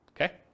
okay